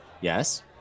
Yes